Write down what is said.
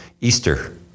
Easter